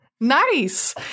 Nice